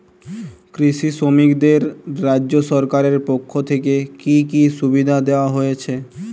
কৃষি শ্রমিকদের রাজ্য সরকারের পক্ষ থেকে কি কি সুবিধা দেওয়া হয়েছে?